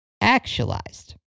actualized